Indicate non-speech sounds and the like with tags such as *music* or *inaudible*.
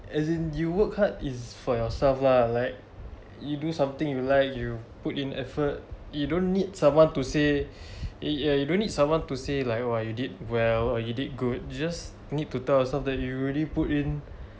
as in you work hard is for yourself lah like you do something you like you put in effort you don't need someone to say *breath* eh you don't need someone to say like !wah! you did well or you did good just need to tell yourself that you already put in